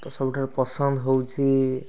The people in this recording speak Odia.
ତ ସବୁଠାରୁ ପସନ୍ଦ ହେଉଛି